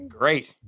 great